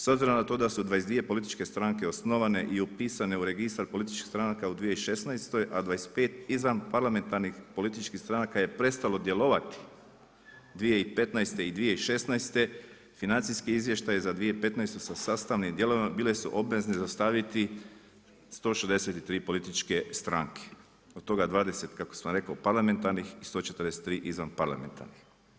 S obzirom na to da su 22 političke stranke osnovane i upisane u Registar političkih stranaka u 2016., a 25 izvan parlamentarnih političkih stranaka je prestalo djelovati 2015. i 2016. financijski izvještaj za 2015. sa sastavnim dijelovima bile su obvezni dostaviti 163 političke stranke od toga 20 kako sam rekao parlamentarnih i 143 izvan parlamentarnih.